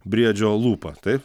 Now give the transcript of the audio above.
briedžio lūpą taip